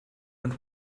and